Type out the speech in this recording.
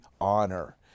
honor